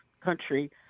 country